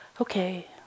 okay